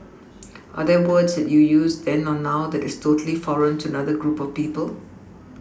are there words that you use then or now that is totally foreign to another group of people